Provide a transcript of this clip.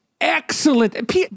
Excellent